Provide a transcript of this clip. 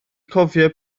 cofio